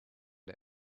der